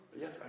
Yes